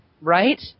right